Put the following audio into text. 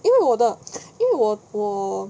因为我的因为我我我